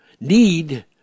need